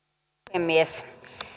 puhemies